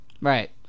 Right